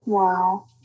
Wow